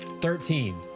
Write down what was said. Thirteen